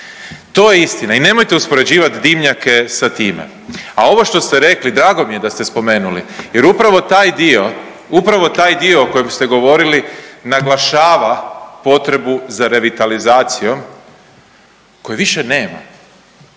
To je istina i nemojte uspoređivati dimnjake sa time. A ovo što ste rekli, drago mi je da ste spomenuli jer upravo taj dio, upravo taj dio o kojem ste govorili naglašava potrebu za revitalizacijom koje više nema,